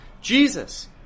Jesus